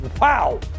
Wow